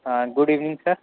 ہاں good evening سر